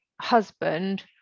husband